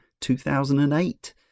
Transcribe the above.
2008